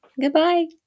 Goodbye